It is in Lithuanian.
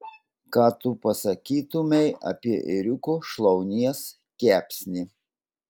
ką tu pasakytumei apie ėriuko šlaunies kepsnį